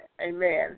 amen